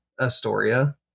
astoria